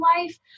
life